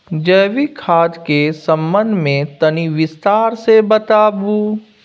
जैविक खाद के संबंध मे तनि विस्तार स बताबू?